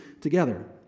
together